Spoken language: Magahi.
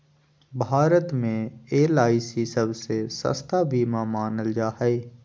भारत मे एल.आई.सी सबसे सस्ता बीमा मानल जा हय